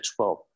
12